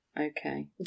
okay